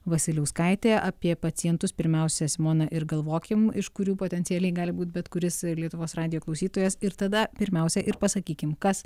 vasiliauskaitė apie pacientus pirmiausia simona ir galvokim iš kurių potencialiai gali būti bet kuris lietuvos radijo klausytojas ir tada pirmiausia ir pasakykim kas